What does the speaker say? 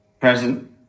Present